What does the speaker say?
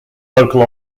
local